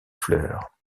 fleurs